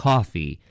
Coffee